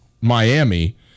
Miami